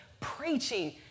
preaching